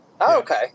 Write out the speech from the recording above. okay